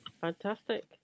Fantastic